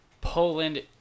poland